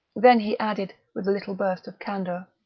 then he added, with a little burst of candour,